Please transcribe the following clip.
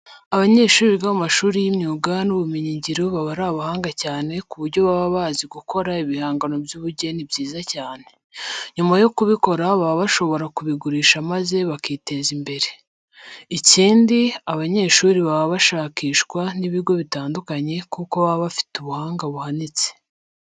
Abanyeshuri biga mu mashuri y'imyuga n'ubumenyingiro baba ari abahanga cyane ku buryo baba bazi gukora ibihangano by'ubugeni byiza cyane. Nyuma yo kubikora baba bashobora kubigurisha maze bakiteza imbere. Ikindi, aba banyeshuri baba bashakishwa n'ibigo bitandukanye kuko baba bafite ubuhanga buhanitse.